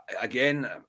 again